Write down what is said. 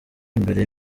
imbere